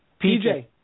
PJ